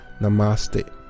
Namaste